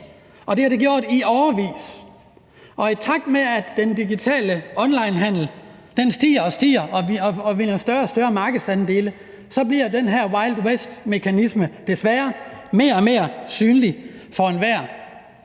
og det har det været i årevis, og i takt med at den digitale onlinehandel stiger og stiger og vinder større og større markedsandele, bliver den her wild west-mekanisme desværre mere og mere synlig for enhver.